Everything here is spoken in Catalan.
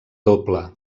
doble